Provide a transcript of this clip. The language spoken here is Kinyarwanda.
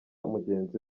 mugenzi